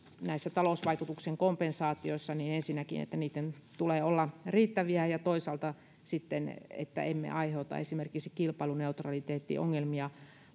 näistä talousvaikutusten kompensaatioista että ensinnäkin niitten tulee olla riittäviä ja toisaalta että emme aiheuta esimerkiksi kilpailuneutraliteettiongelmia